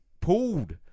pulled